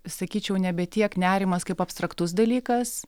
sakyčiau nebe tiek nerimas kaip abstraktus dalykas